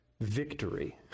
victory